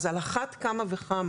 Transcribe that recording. אז על אחת וכמה,